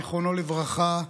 זיכרונו לברכה,